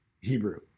Hebrew